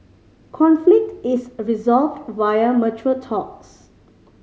conflict is resolved via mature talks